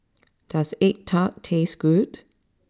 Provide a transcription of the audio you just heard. does Egg Tart taste good